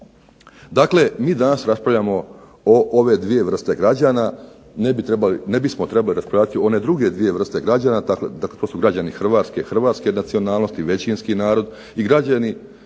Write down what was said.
Dakle, mi danas raspravljamo o ove vrste građana. ne bismo trebali raspravljati o one druge dvije vrste građana, dakle to su građani Hrvatske, hrvatske nacionalnosti, većinski narod i građani izvan